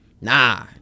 Nah